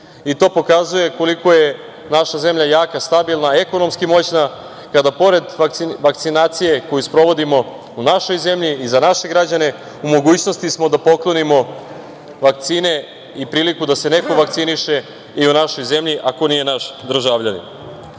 i to pokazuje koliko je naša zemlja jaka, stabilna, ekonomski moćna, kada pored vakcinacije koju sprovodimo u našoj zemlji i za naše građane u mogućnosti smo da poklonimo vakcine i priliku da se neko vakciniše i u našoj zemlji, a ko nije naš državljanin.Međutim,